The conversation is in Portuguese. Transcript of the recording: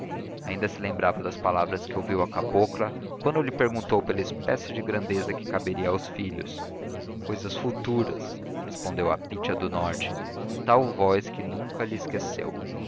ainda se lembrava das palavras que ouviu à cabocla quando lhe perguntou pela espécie de grandeza que caberia aos filhos cousas futuras respondeu a pítia do norte com tal voz que nunca lhe esqueceu